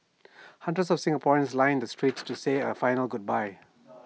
hundreds of Singaporeans lined the streets to say A final goodbye